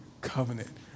covenant